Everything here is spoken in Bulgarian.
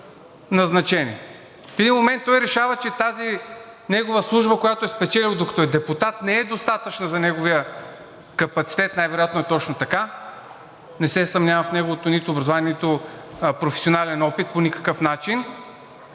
В един момент той решава, че тази негова служба, която е спечелил, докато е депутат, не е достатъчна за неговия капацитет. Най-вероятно е точно така – не се и съмнявам в неговото нито образование, нито професионален опит, по никакъв начин.